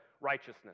righteousness